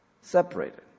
separated